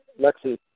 Lexi